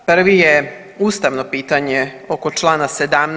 Prvi je ustavno pitanje oko Člana 17.